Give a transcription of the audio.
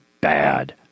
bad